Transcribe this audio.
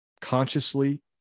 consciously